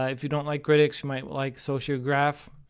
ah if you don't like grydics, you might like sociograph.